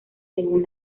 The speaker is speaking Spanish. según